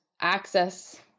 access